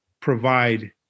provide